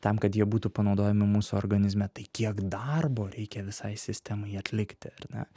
tam kad jie būtų panaudojami mūsų organizme tai kiek darbo reikia visai sistemai atlikti ar ne